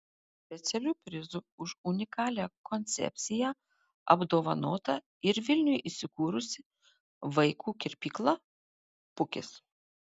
specialiu prizu už unikalią koncepciją apdovanota ir vilniuje įsikūrusi vaikų kirpykla pukis